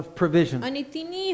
provision